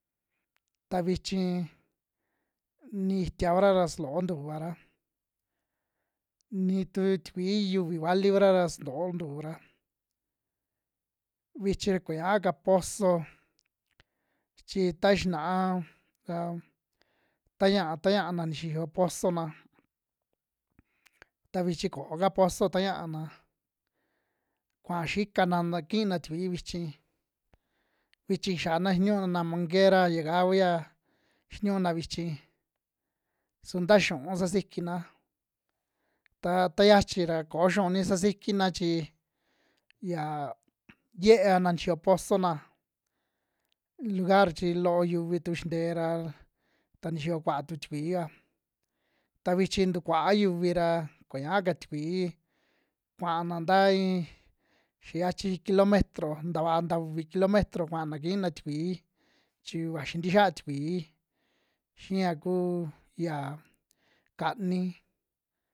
Ta vichin ni itia kura ra su loo ntuvara, ni tu tikui yuvi vali kura ra su loo ntuura, vichi ra kuñaa ka pozo chi ta xinaa ka ta ñia ta ñiana ni xiyo pozona, ta vichi kooka pozo ta ñiana kuaa xikana nta kiina tikui vichi, vichi kixiana xiniuna manguera yaka kuya xiniuna vichi, su nta xiu'un sasikina taa ta xiachi ra koo xiu'un ni sasikina chi ya yeana nixiyo pozona lugar chi loo yuvi tu xintee ra, ta nixiyo kuaa tu tikuiva ta vichi ntukuaa yuvi ra koñaaka tikuii kuaana nta in xia yachi kilometro nta vaa, nta uvi kilometro kuana kiina tikui chi vaxi ntixiaa tikui xiia kuu ya kani.